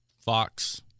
Fox